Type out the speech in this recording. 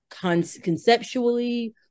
conceptually